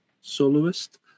soloist